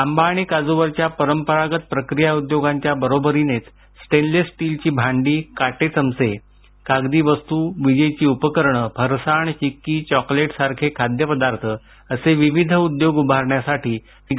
आंबा आणि काजूवरच्या परंपरागत प्रक्रिया उद्योगांच्या बरोबरीनेच स्टेनलेस स्टीलची भांडी काटेचमचे कागदी वस्तू विजेची उपकरणं फरसाण चिक्की चॉकलेटसारखे खाद्यपदार्थ असे विविध उद्योग उभारण्यासाठी श्री